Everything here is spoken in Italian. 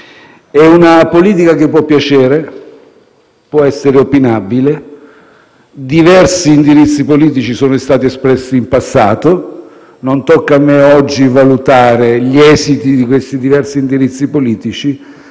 di una politica che può piacere, può essere opinabile. Diversi indirizzi politici sono stati espressi in passato e non tocca a me, oggi, valutarne gli esiti. Da parte nostra, noi li